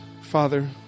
Father